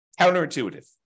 Counterintuitive